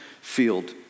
field